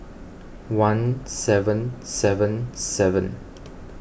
one seven seven seven